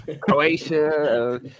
Croatia